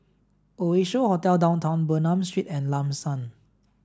Oasia Hotel Downtown Bernam Street and Lam San